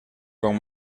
con